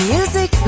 Music